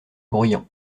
bruyant